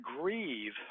grieve